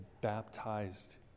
baptized